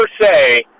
say